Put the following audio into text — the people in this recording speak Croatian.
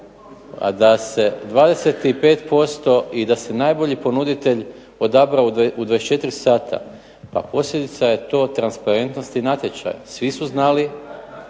da se u 25% i da se najbolji ponuditelj izabrao u 24 sata, pa posljedica je to transparentnosti natječaja, svi su znali